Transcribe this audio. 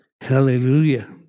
Hallelujah